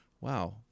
wow